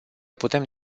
putem